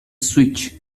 switch